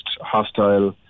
hostile